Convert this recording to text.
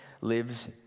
lives